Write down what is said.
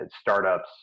startups